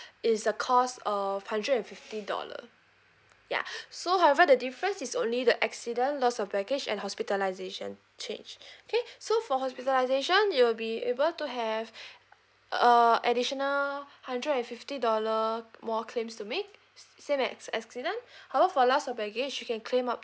it's the cost of hundred and fifty dollar ya so however the difference is only the accident loss of baggage and hospitalisation change okay so for hospitalisation you'll be able to have uh additional hundred and fifty dollar more claims to make same as accident however for loss of baggage you can claim up